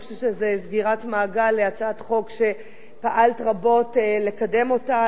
אני חושבת שזו סגירת מעגל להצעת חוק שפעלת רבות לקדם אותה.